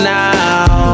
now